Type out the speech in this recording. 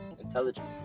intelligent